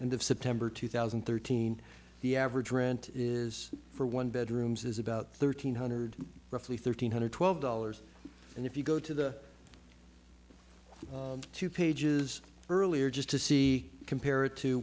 and end of september two thousand and thirteen the average rent is for one bedrooms is about thirteen hundred roughly thirteen hundred twelve dollars and if you go to the two pages earlier just to see compared to